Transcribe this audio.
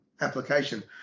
application